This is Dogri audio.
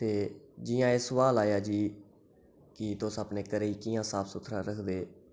ते जि'यां एह् सोआल आया जी कि तुस अपने घरै गी कि'यां साफ सुथरा रखदे